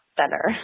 better